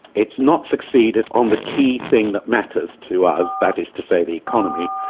it's not succeeded on the key thing that matters to us, that is to say the economy,